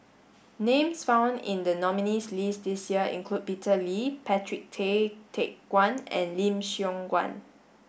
names found in the nominees' list this year include Peter Lee Patrick Tay Teck Guan and Lim Siong Guan